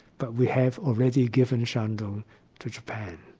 but we have already given shandong to japan'.